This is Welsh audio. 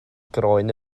groen